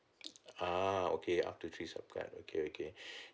okay up to three sup card okay okay